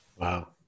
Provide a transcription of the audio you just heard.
Wow